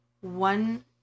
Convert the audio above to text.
one